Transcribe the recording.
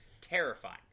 Terrifying